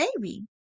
baby